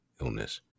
illness